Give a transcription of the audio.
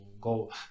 go